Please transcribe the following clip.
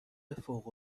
فوق